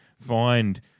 find